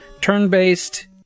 turn-based